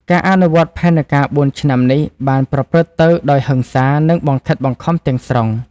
ការអនុវត្តផែនការបួនឆ្នាំនេះបានប្រព្រឹត្តទៅដោយ ហិង្សា និងបង្ខិតបង្ខំ ទាំងស្រុង។